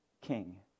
king